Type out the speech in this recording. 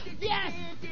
Yes